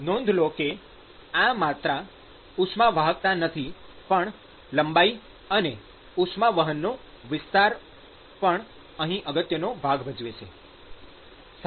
અહી નોંધ લો કે આ માત્ર ઉષ્માવાહકતા નથી પણ લંબાઈ અને ઉષ્મા વહનનો વિસ્તાર પણ અહી અગત્યનો ભાગ ભજવે છે